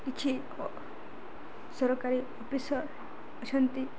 କିଛି ସରକାରୀ ଅଫିସର ଅଛନ୍ତି